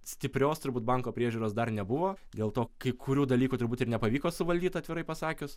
stiprios turbūt banko priežiūros dar nebuvo dėl to kai kurių dalykų turbūt ir nepavyko suvaldyt atvirai pasakius